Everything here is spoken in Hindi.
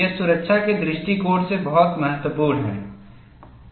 यह सुरक्षा के दृष्टिकोण से बहुत महत्वपूर्ण है